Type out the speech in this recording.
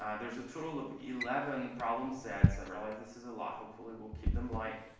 um there's a total of eleven problem sets. i realize this is a lot. hopefully, we'll keep them light.